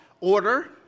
order